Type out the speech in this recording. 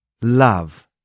Love